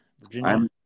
Virginia